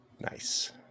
Nice